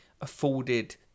afforded